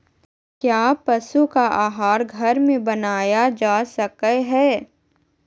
क्या पशु का आहार घर में बनाया जा सकय हैय?